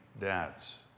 dads